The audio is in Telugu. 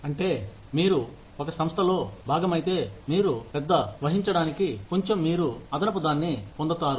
అంటే మీరు ఒక సంస్థలో భాగమైతే మీరు పెద్ద వహించడానికి కొంచెం మీరు అదనపు దాన్ని పొందుతారు